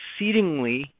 exceedingly